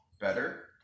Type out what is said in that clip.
better